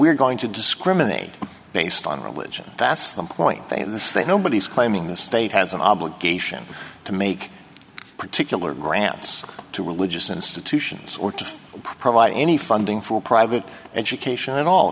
we're going to discriminate based on religion that's the point that in the state nobody is claiming the state has an obligation to make particular grants to religious institutions or to provide any funding for private education at all